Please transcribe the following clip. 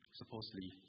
supposedly